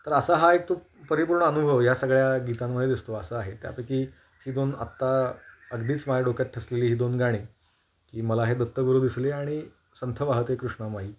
तर असा हा एक तो परिपूर्ण अनुभव या सगळ्या गीतांमध्ये दिसतो असं आहे त्यापैकी ही दोन आत्ता अगदीच माझ्या डोक्यात ठसलेली ही दोन गाणी आहेत की मला हे दत्तगुरु दिसले आणि संथ वाहते कृष्णामाई